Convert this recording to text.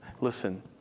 listen